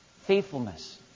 Faithfulness